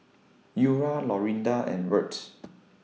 Eura Lorinda and Wirt